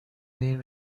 این